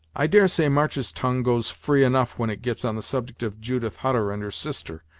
i dare say march's tongue goes free enough when it gets on the subject of judith hutter and her sister,